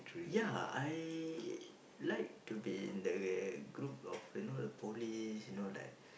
yeah I like to be in the group of you know the police you know like